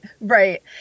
right